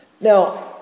now